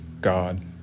God